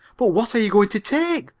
but what are you going to take?